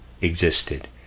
existed